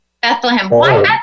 bethlehem